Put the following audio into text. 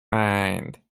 mind